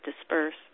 disperse